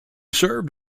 served